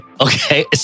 Okay